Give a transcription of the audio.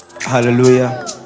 Hallelujah